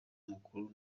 mukuru